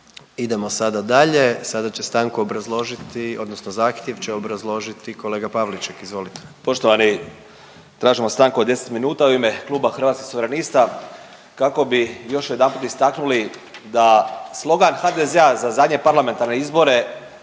Idemo sada dalje. Sada će stanku obrazložiti, odnosno zahtjev će obrazložiti kolega Pavliček, izvolite. **Pavliček, Marijan (Hrvatski suverenisti)** Poštovani, tražimo stanku od 10 minuta u ime Kluba Hrvatskih suverenista kako bi još jedanput istaknuli da slogan HDZ-a za zadnje parlamentarne izbore,